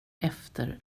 efter